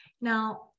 Now